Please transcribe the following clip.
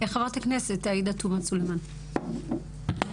חברת הכנסת עאידה תומא סלימאן, בבקשה.